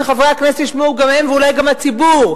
שחברי הכנסת ישמעו גם הם ואולי גם הציבור.